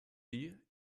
die